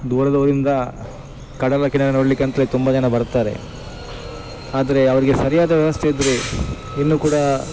ದೂರದವರಿಂದ ಕಡಲ ಕಿನಾರೆ ನೋಡ್ಲಿಕ್ಕೆ ಅಂತಲೇ ತುಂಬ ಜನ ಬರ್ತಾರೆ ಆದರೆ ಅವರಿಗೆ ಸರಿಯಾದ ವ್ಯವಸ್ಥೆ ಇದ್ದರೆ ಇನ್ನು ಕೂಡ